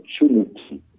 opportunity